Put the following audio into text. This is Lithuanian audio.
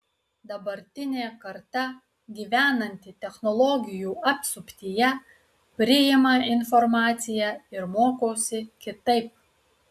dabartinė karta gyvenanti technologijų apsuptyje priima informaciją ir mokosi kitaip